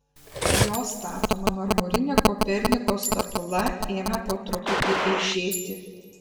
jo statoma marmurinė koperniko statula ėmė po truputį eižėti